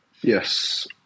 yes